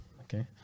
Okay